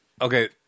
okay